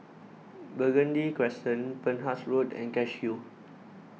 Burgundy Crescent Penhas Road and Cashew